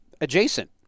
adjacent